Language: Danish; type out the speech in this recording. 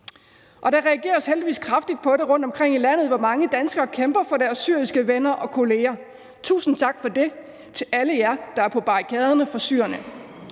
Der reageres heldigvis kraftigt på det rundtomkring i landet, hvor mange danskere kæmper for deres syriske venner og kolleger. Tusind tak for det til alle jer, der er på barrikaderne for syrerne.